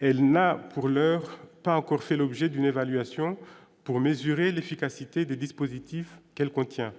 elle n'a pour l'heure pas encore fait l'objet d'une évaluation pour mesurer l'efficacité des dispositifs qu'elle contient,